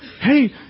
hey